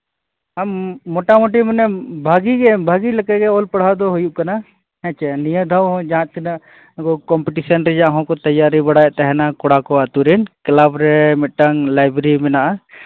ᱥᱟᱱᱟᱢ ᱢᱳᱴᱟᱢᱩᱴᱤ ᱢᱟᱱᱮ ᱵᱷᱟᱹᱜᱤ ᱜᱮ ᱵᱷᱟᱹᱜᱤ ᱞᱮᱠᱟ ᱜᱮ ᱚᱞ ᱯᱟᱲᱦᱟᱣ ᱫᱚ ᱦᱩᱭᱩᱜ ᱠᱟᱱᱟ ᱦᱮᱸ ᱪᱮ ᱱᱤᱭᱟᱹ ᱫᱷᱟᱣ ᱫᱚ ᱡᱟᱦᱟᱸ ᱛᱤᱱᱟᱹᱜ ᱠᱚᱢᱯᱤᱴᱤᱥᱚᱱ ᱨᱮᱭᱟᱜ ᱦᱚᱸ ᱠᱚ ᱛᱮᱭᱟᱨᱤ ᱵᱟᱲᱟᱭᱮᱫ ᱛᱟᱦᱮᱱ ᱠᱚᱲᱟ ᱠᱚ ᱟᱹᱛᱩ ᱨᱮᱱ ᱠᱞᱟᱵᱽ ᱨᱮ ᱢᱤᱫᱴᱟᱱ ᱞᱟᱭᱵᱨᱮᱨᱤ ᱢᱮᱱᱟᱜᱼᱟ